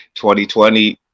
2020